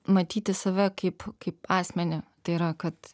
matyti save kaip kaip asmenį tai yra kad